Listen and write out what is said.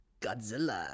Godzilla